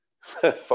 Fuck